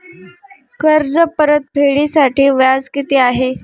कर्ज परतफेडीसाठी व्याज किती आहे?